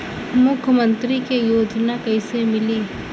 मुख्यमंत्री के योजना कइसे मिली?